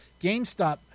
GameStop